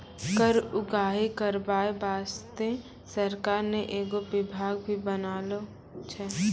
कर उगाही करबाय बासतें सरकार ने एगो बिभाग भी बनालो छै